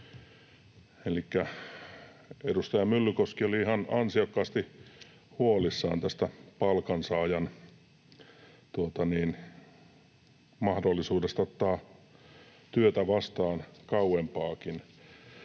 edustaja Myllykoski oli ihan ansiokkaasti huolissaan tästä palkansaajan mahdollisuudesta ottaa työtä vastaan kauempaakin.